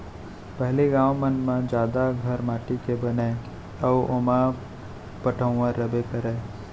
पहिली गॉंव मन म जादा घर माटी के बनय अउ ओमा पटउहॉं रइबे करय